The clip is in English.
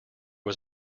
was